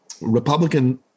Republican